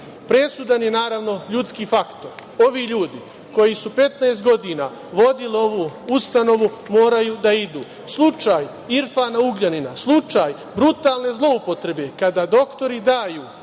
zaštita. Presudan je naravno ljudski faktor. Ovi ljudi koji su 15 godina vodili ovu ustanovu moraju da idu. Slučaj Irfana Ugljanina, slučaj brutalne zloupotrebe kada doktori daju